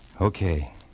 okay